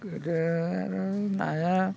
गोदो आरो नाया